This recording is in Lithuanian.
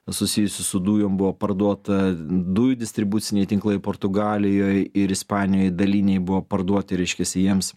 susijusių su dujom buvo parduota dujų distribuciniai tinklai portugalijoj ir ispanijoj daliniai buvo parduoti reiškiasi jiems